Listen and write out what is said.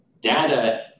Data